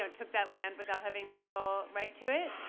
took that land without having legal right to it.